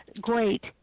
great